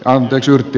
anteeks ylitti